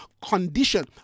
Condition